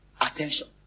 Attention